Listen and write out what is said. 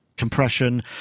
Compression